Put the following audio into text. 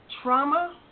trauma